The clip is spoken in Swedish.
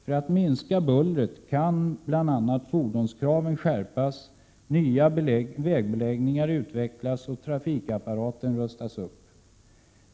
För att minska bullret kan bl.a. fordonskraven skärpas, nya vägbeläggningar utvecklas och trafikapparaten rustas upp.